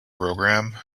program